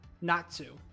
Natsu